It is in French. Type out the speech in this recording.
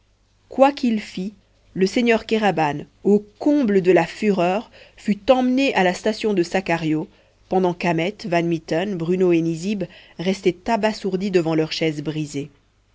quoiqu'il fit le seigneur kéraban au comble de la fureur fut emmené à la station de sakario pendant qu'ahmet van mitten bruno et nizib restaient abasourdis devant leur chaise brisée